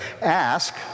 Ask